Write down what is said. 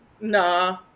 nah